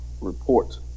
report